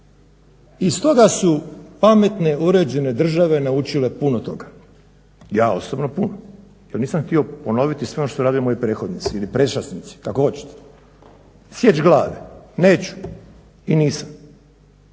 i stoga su pametne uređene države naučile puno toga. Ja osobno puno, jer nisam htio ponoviti sve ono što su radili moji prethodnici ili predčasnici, kako hoćete. Sjeći glave, neću i nisam